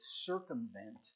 circumvent